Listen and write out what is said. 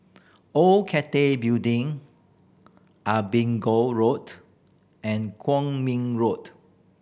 Old Cathay Building Road and Kwong Min Road